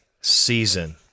season